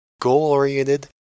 goal-oriented